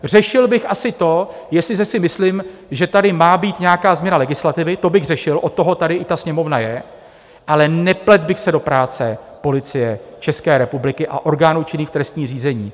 Řešil bych asi to, jestliže si myslím, že tady má být nějaká změna legislativy, to bych řešil, od toho tady Sněmovna je, ale nepletl bych se do práce Policie České republiky a orgánů činných v trestním řízení.